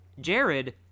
Jared